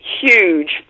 huge